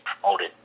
promoted